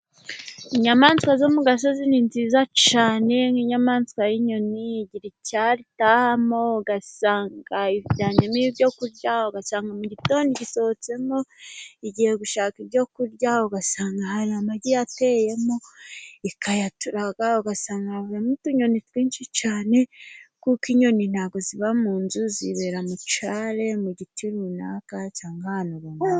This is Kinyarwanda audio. Inyamaswa zo mu gasozi ni nziza cyane nk'inyamaswa y'inyoni igira icyari itahamo, ugasanga ijyanyemo ibyo kurya mu gitondo igisohotsemo igiye gushaka ibyo kurya, ugasanga hari amagi yateyemo ikayaturaga ugasangamo havuyemo utunyoni twinshi cyane, kuko inyoni ntabwo ziba mu nzu zibera mu cyari, mu giti runaka cyangwa ahantu runaka.